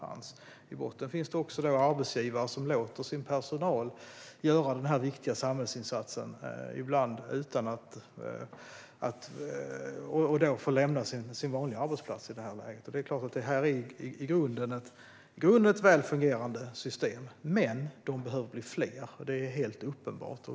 I botten finns det också arbetsgivare som låter sin personal göra denna viktiga samhällsinsats och i dessa lägen få lämna sin vanliga arbetsplats. Detta är ett i grunden väl fungerande system, men de behöver bli fler. Det är helt uppenbart.